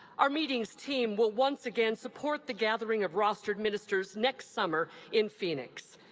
our meetings team will once again support the gathering of rostered ministers next summer in phoenix.